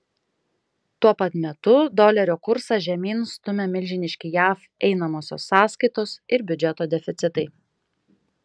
tuo pat metu dolerio kursą žemyn stumia milžiniški jav einamosios sąskaitos ir biudžeto deficitai